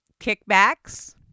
kickbacks